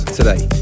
today